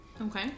Okay